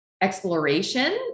exploration